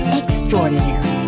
extraordinary